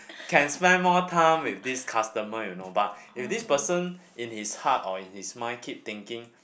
can spend more time with this customer you know but if this person in his heart or in his mind keep thinking